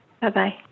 Bye-bye